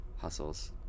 hustles